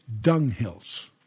dunghills